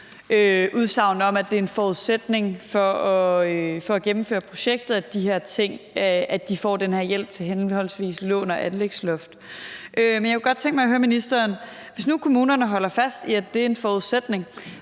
udsagn om, at det er en forudsætning for at gennemføre projektet, at de får den her hjælp til henholdsvis lån og anlægsloft. Jeg kunne godt tænke mig at høre ministeren: Hvis nu kommunerne holder fast i, at det er en forudsætning,